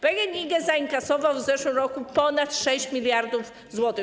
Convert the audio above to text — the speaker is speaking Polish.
PGNiG zainkasował w zeszłym roku ponad 6 mld zł.